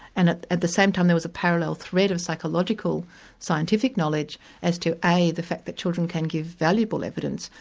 and at at the same time there was a parallel thread of psychological scientific knowledge as to the fact that children can give valuable evidence,